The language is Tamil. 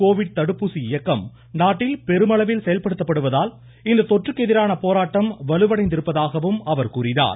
கோவிட் தடுப்பூசி இயக்கம் நாட்டில் பெருமளவில் செயல்படுத்தப்படுவதால் இந்த தொற்றுக்கு எதிரான போராட்டம் வலுவடைந்திருப்பதாகவும் அவர் கூறினார்